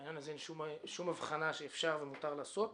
בעניין הזה אין שום אבחנה שאפשר ומותר לעשות.